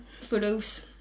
photos